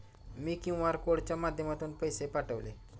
मी QR कोडच्या माध्यमातून पैसे पाठवले